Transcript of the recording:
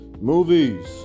Movies